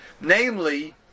Namely